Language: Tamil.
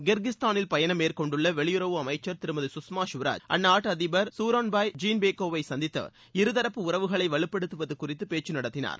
கிர்கிஸ்தானில் பயணம் மேற்கொண்டுள்ள வெளியுறவு அமைச்சர் திருமதி சுஷ்மா ஸ்வராஜ் அந்நாட்டு அதிபர் சூரோன்பாய் ஜீன்பேக்கோ வை சந்தித்து இருதரப்பு உறவுகளை வலுப்படுத்துவது குறித்து பேக்சு நடத்தினார்